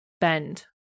bend